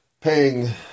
paying